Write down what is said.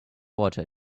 water